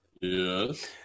Yes